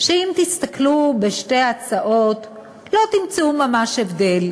ואם תסתכלו בשתי ההצעות לא תמצאו ממש הבדל.